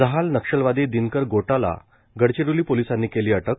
जहाल नक्षलवादी दिनकर गोटाला गडचिरोली पोलिसांनी केली अटक